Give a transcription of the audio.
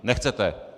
Nechcete!